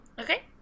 okay